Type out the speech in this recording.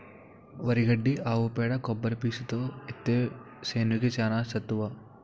వరి గడ్డి ఆవు పేడ కొబ్బరి పీసుతో ఏత్తే సేనుకి చానా సత్తువ